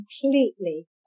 completely